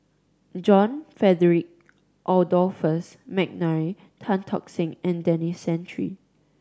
John Frederick Adolphus McNair Tan Tock Seng and Denis Santry